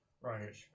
Right